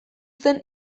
zen